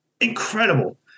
incredible